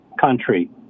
country